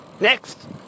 Next